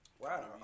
Wow